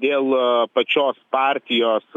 dėl pačios partijos